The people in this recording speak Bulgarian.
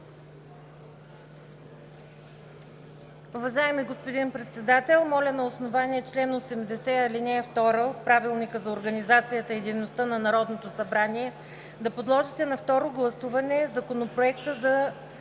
Уважаеми господин Председател, моля на основание чл. 80, ал. 2 от Правилника за организацията и дейността на Народното събрание да подложите на второ гласуване Законопроекта за